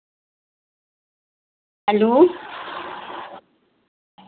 hello